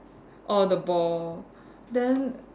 or the ball then